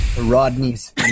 Rodney's